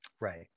Right